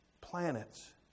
planets